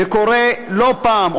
וקורה לא פעם,